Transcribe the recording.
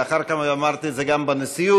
לאחר כמה ימים אמרתי את זה גם בנשיאות,